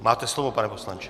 Máte slovo, pane poslanče.